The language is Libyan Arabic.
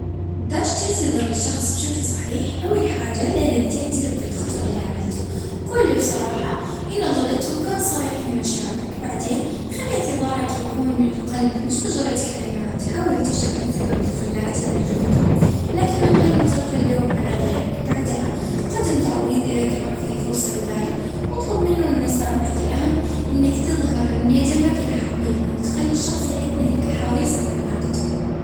ا كون صادج أعتذر من جلبك، أعترف اه بالخطأ، اه قول شني اه درت اه شنو درت شنو غلطت واه ما تكررش اه الغلطة هذا باش تتعلم من الغلطة، وأختار الوجت المناسب اللي تعتذر فيه.